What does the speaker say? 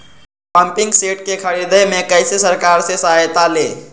Pumping set के ख़रीदे मे कैसे सरकार से सहायता ले?